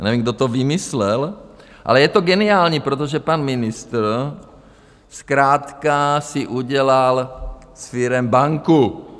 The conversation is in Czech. Já nevím, kdo to vymyslel, ale je to geniální, protože pan ministr zkrátka si udělal z firem banku.